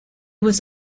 was